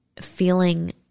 feeling